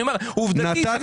אני אומר, עובדתית.